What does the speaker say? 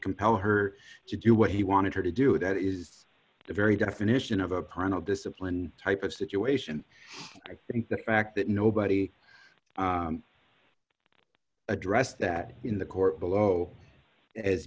compel her to do what he wanted her to do that is the very definition of a parental discipline type of situation i think the fact that nobody addressed that in the court below as